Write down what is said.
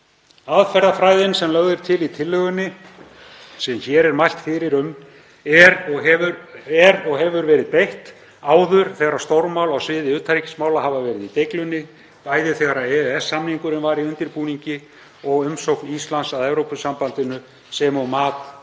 Aðferðafræðin sem lögð er til í tillögunni sem hér er mælt fyrir um er og hefur verið beitt áður þegar stórmál á sviði utanríkismála hafa verið í deiglunni, bæði þegar EES-samningurinn var í undirbúningi og umsókn Íslands að Evrópusambandinu sem og mat